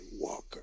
Walker